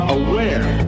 aware